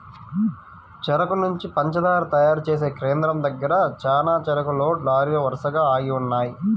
చెరుకు నుంచి పంచదార తయారు చేసే కేంద్రం దగ్గర చానా చెరుకు లోడ్ లారీలు వరసగా ఆగి ఉన్నయ్యి